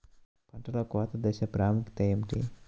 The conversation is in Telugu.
పంటలో కోత దశ ప్రాముఖ్యత ఏమిటి?